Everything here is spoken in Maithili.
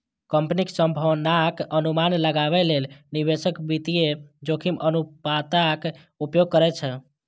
कंपनीक संभावनाक अनुमान लगाबै लेल निवेशक वित्तीय जोखिम अनुपातक उपयोग करै छै